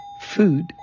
food